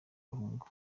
abahungu